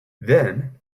then